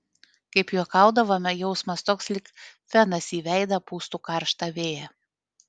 kaip juokaudavome jausmas toks lyg fenas į veidą pūstų karštą vėją